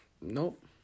nope